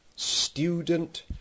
student